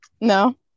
No